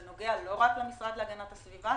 זה נוגע לא רק למשרד להגנת הסביבה,